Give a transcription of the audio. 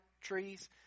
trees